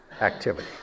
activity